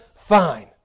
fine